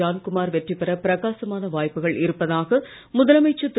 ஜான்குமார் வெற்றி பெற பிரகாசமான வாய்ப்புகள் இருப்பதாக முதலமைச்சர் திரு